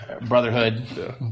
Brotherhood